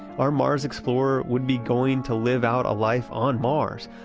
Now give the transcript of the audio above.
our mars explorer would be going to live out a life on mars,